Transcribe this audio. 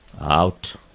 Out